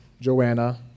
Joanna